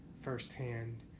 firsthand